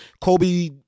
Kobe